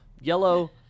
Yellow